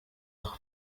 aho